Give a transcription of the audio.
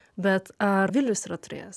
bet ar vilius yra turėjęs